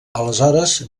aleshores